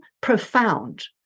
profound